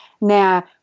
Now